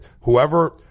Whoever